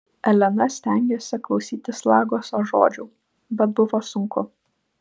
elena stengėsi klausytis lagoso žodžių bet buvo sunku